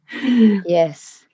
Yes